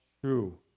true